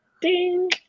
Ding